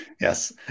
Yes